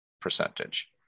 percentage